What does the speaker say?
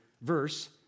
verse